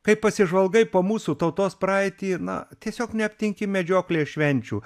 kaip pasižvalgai po mūsų tautos praeitį na tiesiog neaptinki medžioklės švenčių